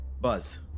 Buzz